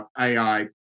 AI